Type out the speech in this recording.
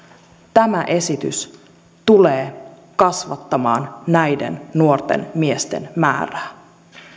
tämä esitys tulee kasvattamaan näiden nuorten miesten määrää